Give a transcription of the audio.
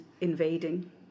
invading